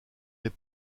les